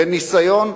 בניסיון,